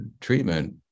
treatment